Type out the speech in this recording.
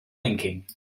thinking